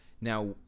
now